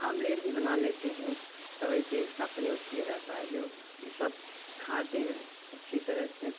omelette भी बना लेते हैं तवे पे इसका प्रयोग किया जाता है जो इ सब खाते हैं अच्छी तरह से